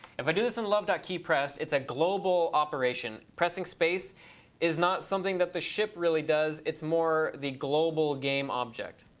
if i do this in love keypressed, it's a global operation. pressing space is not something that the ship really does. it's more the global game object.